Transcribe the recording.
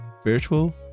spiritual